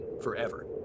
forever